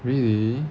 really